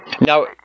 Now